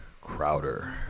Crowder